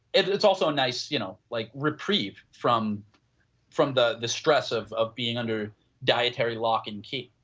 it's also a nice you know like reprieve from from the the stress of of being under dietary lock and key.